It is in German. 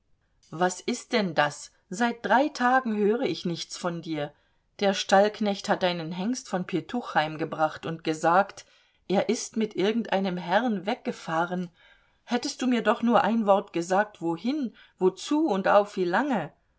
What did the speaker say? was ist denn das seit drei tagen höre ich nichts von dir der stallknecht hat deinen hengst von pjetuch heimgebracht und gesagt er ist mit irgendeinem herrn weggefahren hättest du mir doch nur ein wort gesagt wohin wozu und auf wie lange